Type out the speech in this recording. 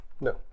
No